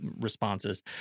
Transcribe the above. responses